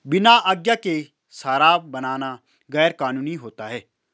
बिना आज्ञा के शराब बनाना गैर कानूनी होता है